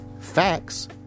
facts